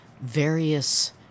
various